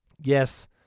Yes